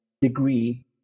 degree